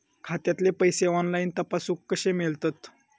खात्यातले पैसे ऑनलाइन तपासुक कशे मेलतत?